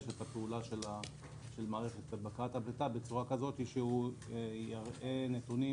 את הפעולה של מערכת בקרת הפליטה בצורה כזו שהוא יראה נתונים